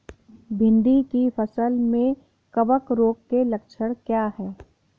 भिंडी की फसल में कवक रोग के लक्षण क्या है?